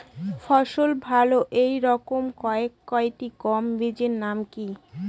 ফলন ভালো এই রকম কয়েকটি গম বীজের নাম কি?